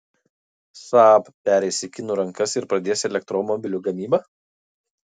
saab pereis į kinų rankas ir pradės elektromobilių gamybą